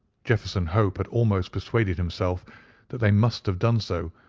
jefferson hope had almost persuaded himself that they must have done so,